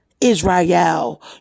Israel